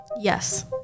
Yes